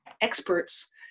experts